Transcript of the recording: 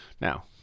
Now